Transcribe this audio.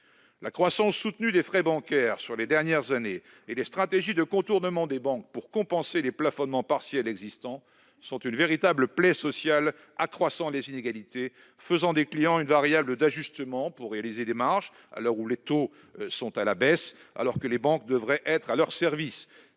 La croissance soutenue des frais bancaires sur les dernières années et les stratégies de contournement des banques pour compenser les plafonnements partiels existants sont une véritable plaie sociale qui accroît les inégalités et fait des clients une variable d'ajustement pour réaliser des marges, à l'heure où les taux sont à la baisse et alors même que les banques devraient être au service